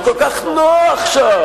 אם כל כך נוח שם,